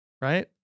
right